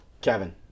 Kevin